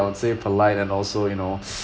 I would say polite and also you know